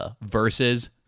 versus